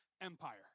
Empire